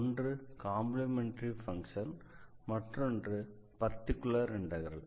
ஒன்று complementary function மற்றொன்று particular integral